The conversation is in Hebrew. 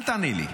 אל תעני לי.